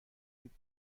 لیتر